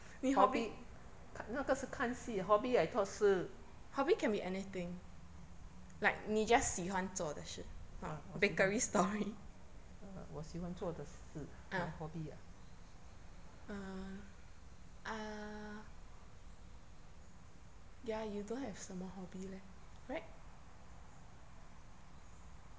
hobby 那个是看戏 hobby I thought 是啊我喜欢啊我喜欢做的事 for hobby ah